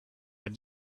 had